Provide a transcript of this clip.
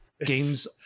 games